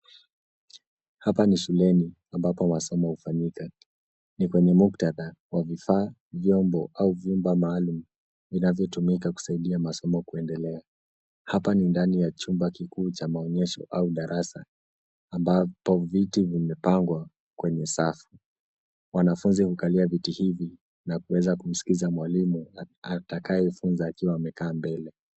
Hapa ni shuleni ambapo masomo hufanyika. Ni kwenye muktadha wa vifaa, vyombo au vyumba maalum vinavyotumika kusaidia masomo kuendelea. Hapa ni ndani ya chumba kikuu cha maonyesho au darasa ambapo viti vimepangwa kwenye safu. Wanafunzi hukalia viti hivi na kuweza kumsikiza mwalimu atakayefunza akiwa amekaa mbele.